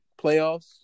playoffs